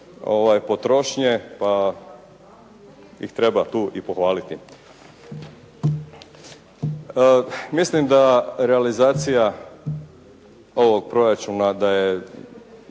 potrošnje, pa ih treba tu i pohvaliti. Mislim da realizacija ovog proračuna da je